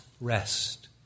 rest